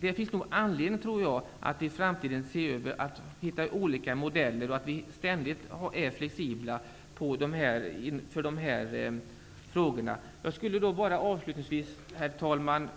Det finns nog anledning att se över detta i framtiden och hitta olika modeller. Vi måste ständigt vara flexibla inför dessa frågor. Herr talman! Avslutningsvis